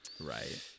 Right